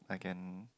I can